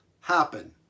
happen